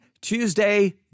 Tuesday